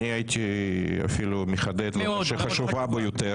אני הייתי אפילו מחדד ואומר שהיא חשובה ביותר.